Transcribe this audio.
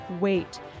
wait